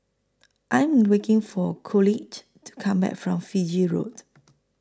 I Am waiting For Coolidge to Come Back from Fiji Road